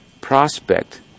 prospect